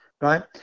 Right